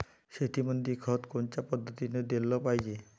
शेतीमंदी खत कोनच्या पद्धतीने देलं पाहिजे?